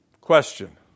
Question